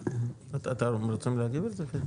אתם רוצים להגיב על זה?